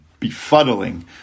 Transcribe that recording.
befuddling